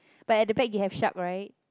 but at the back you have shark right